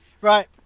right